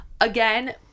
Again